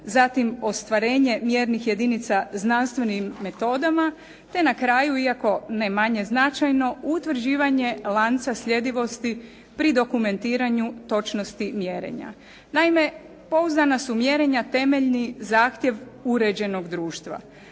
zatim ostvarenje mjernih jedinica znanstvenim metodama te na kraju iako ne manje značajno utvrđivanje lanca sljedivosti pri dokumentiranju točnosti mjerenja. Naime pouzdana su mjerenja temeljni zahtjev uređenog društva